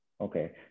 Okay